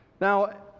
now